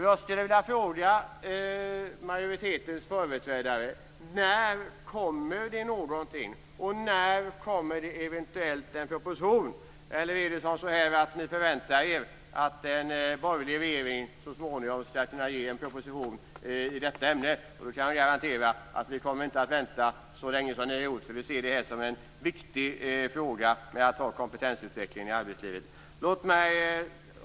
Jag skulle vilja fråga majoritetens företrädare: När kommer det någonting? När kommer det en proposition? Är det kanske så att ni förväntar er att en borgerlig regering så småningom skall komma med en proposition i detta ämne? Jag kan garantera att vi inte kommer att vänta så länge som ni har gjort. Vi ser kompetensutveckling i arbetslivet som en viktig fråga.